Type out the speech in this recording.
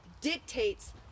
dictates